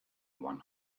one